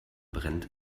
brennt